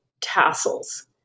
tassels